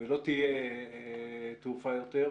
ולא תהיה תעופה יותר,